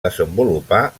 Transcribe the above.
desenvolupar